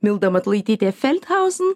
milda matulaitytė feldhausen